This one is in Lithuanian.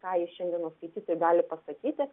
ką ji šiandienos skaitytojui gali pasakyti